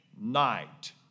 night